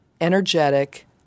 energetic